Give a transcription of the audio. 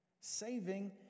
Saving